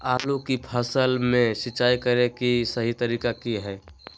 आलू की फसल में सिंचाई करें कि सही तरीका की हय?